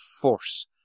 force